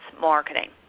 marketing